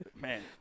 man